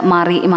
Mari